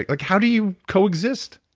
like how do you coexist?